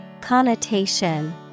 Connotation